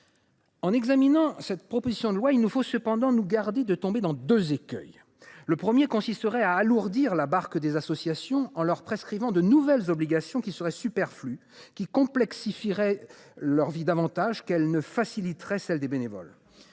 En examinant cette proposition de loi, il nous faut cependant nous garder de tomber dans deux écueils. Le premier consisterait à alourdir la barque des associations en leur prescrivant de nouvelles obligations qui seraient superflues et qui complexifieraient leur vie davantage qu’elles ne faciliteraient celle des bénévoles.